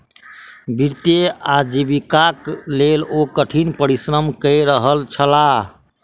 वित्तीय आजीविकाक लेल ओ कठिन परिश्रम कय रहल छलाह